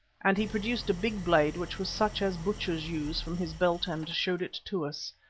and he produced a big blade, which was such as butchers use, from his belt and showed it to us.